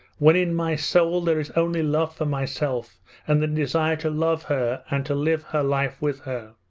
when in my soul there is only love for myself and the desire to love her and to live her life with her?